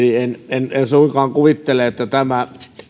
en en suinkaan kuvittele että tämä